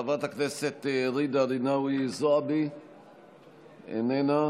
חברת הכנסת ג'ידא רינאוי זועבי, איננה.